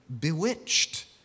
bewitched